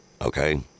okay